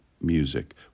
music